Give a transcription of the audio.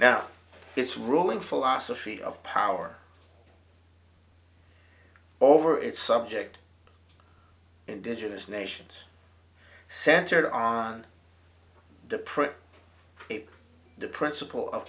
now its ruling philosophy of power over its subject indigenous nations centered on the print the principle of